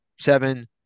seven